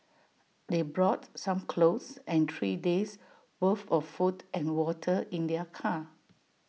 they brought some clothes and three days' worth of food and water in their car